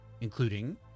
including